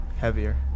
Heavier